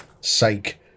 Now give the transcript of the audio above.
Sake